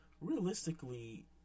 Realistically